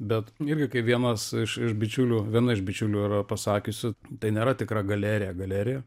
bet irgi kaip vienas iš iš bičiulių viena iš bičiulių yra pasakiusi tai nėra tikra galerija galerija